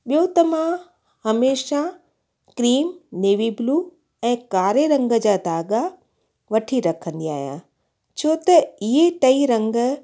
ॿियो त मां हमेशह क्रीम नेवी ब्लू ऐं कारे रंग जा दाॻा वठी रखंदी आहियां छो त इहे टई रंग